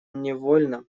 невольно